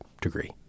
degree